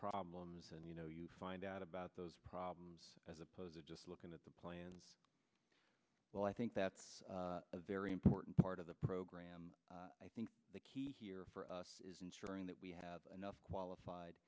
problems and you know you find out about those problems as opposed to just looking at the plans well i think that's a very important part of the program i think the key here for us is ensuring that we have enough qualified